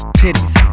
Titties